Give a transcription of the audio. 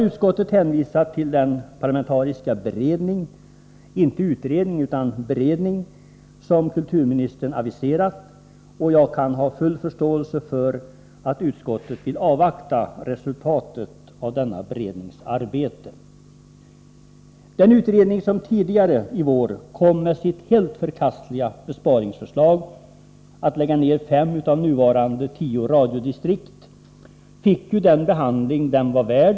Utskottet har hänvisat till den parlamentariska beredning — inte utredning utan beredning - som kulturministern har aviserat. Jag kan ha full förståelse för att utskottet vill avvakta resultatet av denna berednings arbete. Den utredning som tidigare i vår kom med det helt förkastliga besparingsförslaget att lägga ner fem av nuvarande tio radiodistrikt fick ju den behandling som den var värd.